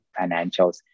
financials